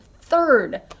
third